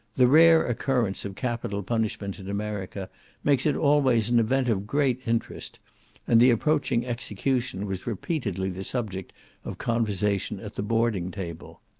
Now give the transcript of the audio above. the rare occurrence of capital punishment in america makes it always an event of great interest and the approaching execution was repeatedly the subject of conversation at the boarding table.